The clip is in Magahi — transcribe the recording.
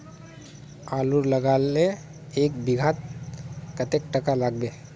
आलूर लगाले एक बिघात कतेक टका लागबे?